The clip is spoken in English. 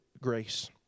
grace